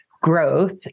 growth